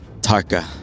Tarka